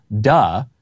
duh